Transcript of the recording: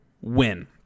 win